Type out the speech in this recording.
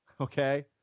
okay